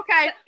okay